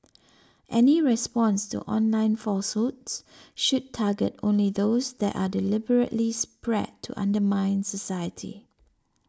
any response to online falsehoods should target only those that are deliberately spread to undermine society